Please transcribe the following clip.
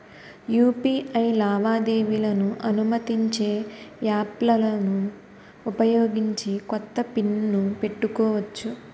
UPI లావాదేవీలను అనుమతించే యాప్లలను ఉపయోగించి కొత్త పిన్ ను పెట్టుకోవచ్చు